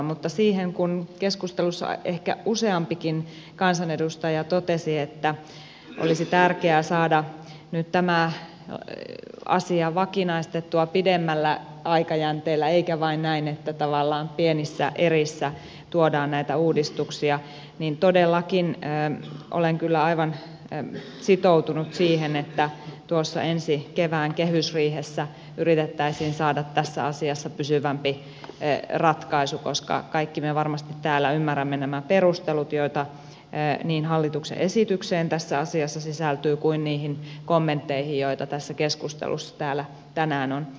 mutta kun keskustelussa ehkä useampikin kansanedustaja totesi että olisi tärkeää saada nyt tämä asia vakinaistettua pidemmällä aikajänteellä eikä vain näin että tavallaan pienissä erissä tuodaan näitä uudistuksia niin todellakin olen kyllä aivan sitoutunut siihen että tuossa ensi kevään kehysriihessä yritettäisiin saada tässä asiassa pysyvämpi ratkaisu koska kaikki me varmasti täällä ymmärrämme nämä perustelut joita niin hallituksen esitykseen tässä asiassa sisältyy kuin niihin kommentteihinkin joita tässä keskustelussa täällä tänään on esitetty